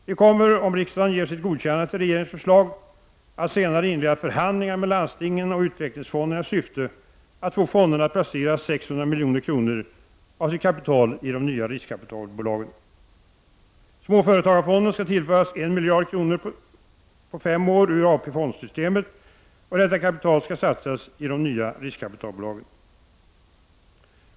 Vi kommer — om riksdagen ger sitt godkännande till regeringens förslag — att senare inleda förhandlingar med landstingen och utvecklingsfonderna i syfte att få fonderna att placera 600 milj.kr. av sitt kapital i de nya riskkapitalbolagen. Småföretagsfonden skall tillföras 1 miljard kronor på fem år ur AP-fondssystemet, och detta kapital skall satsas i de nya riskkapitalbolagen.